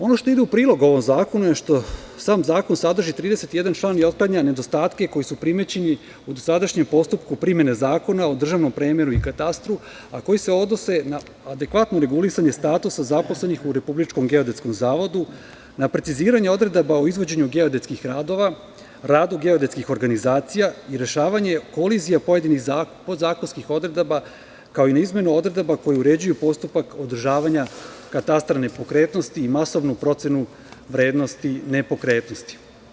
Ono što ide u prilog ovom zakonu je što sam zakon sadrži 31 član i otklanja nedostatke koji su primećeni u dosadašnjem postupku primene Zakona o državnom premeru i katastru, a koji se odnose na adekvatno regulisanje statusa zaposlenih uRepubličkom geodetskom zavodu, na preciziranje odredaba o izvođenju geodetskih radova, radu geodetskih organizacija i rešavanje kolizije pojedinih podzakonskih odredaba, kao i na izmene odredaba koje uređuju postupak održavanja katastra nepokretnosti i masovnu procenu vrednosti nepokretnosti.